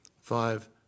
five